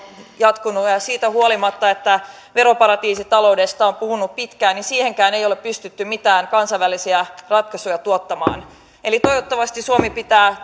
jatkunut ja ja siitä huolimatta että veroparatiisitaloudesta on puhuttu pitkään siihenkään ei ole pystytty mitään kansainvälisiä ratkaisuja tuottamaan eli toivottavasti suomi pitää